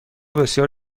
بسیار